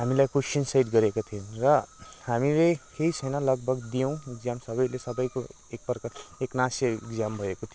हामीलाई question set गरेको थियो र हामीले केही छैन लगभग दियौँ एक्जाम सबैले सबैको एक प्रकारले एकनासे एक्जाम भएको थियो